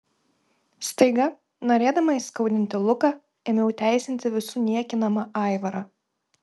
staiga norėdama įskaudinti luką ėmiau teisinti visų niekinamą aivarą